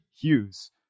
Hughes